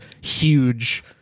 huge